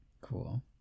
cool